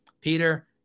Peter